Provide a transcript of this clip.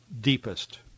deepest